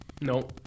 No